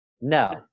No